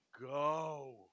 go